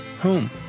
home